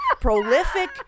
prolific